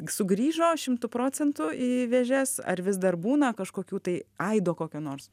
sugrįžo šimtu procentų į vėžes ar vis dar būna kažkokių tai aido kokio nors